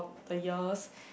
the years